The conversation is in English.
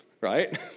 right